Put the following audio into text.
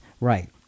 right